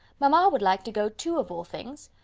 mamma would like to go too of all things!